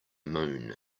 moon